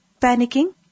panicking